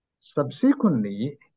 Subsequently